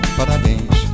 parabéns